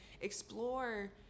explore